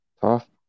Tough